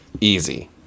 Easy